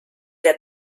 der